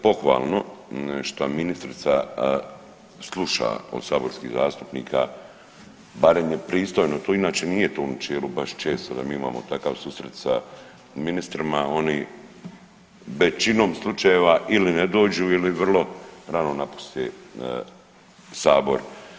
Pohvalno što ministrica sluša od saborskih zastupnika barem je pristojno tu inače nije to u načelu baš često da mi imamo takav susret sa ministrima, oni većinom slučajeva ili ne dođu ili vrlo rano napuste sabor.